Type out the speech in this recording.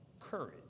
courage